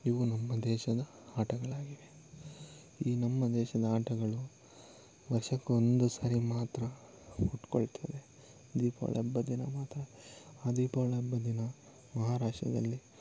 ಇವು ನಮ್ಮ ದೇಶದ ಆಟಗಳಾಗಿವೆ ಈ ನಮ್ಮ ದೇಶದ ಆಟಗಳು ವರ್ಷಕ್ಕೊಂದು ಸರಿ ಮಾತ್ರ ಹುಟ್ಕೊಳ್ತವೆ ದೀಪಾವಳಿ ಹಬ್ಬದ ದಿನ ಮಾತ್ರ ಆ ದೀಪಾವಳಿ ಹಬ್ಬದ್ ದಿನ ಮಹಾರಾಷ್ಟ್ರದಲ್ಲಿ